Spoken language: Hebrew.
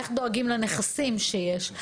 איך דואגים לנכסים שיש,